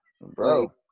Bro